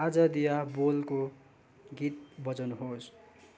आजादिया बोलको गीत बजाउनुहोस्